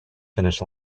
finish